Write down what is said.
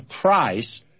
Christ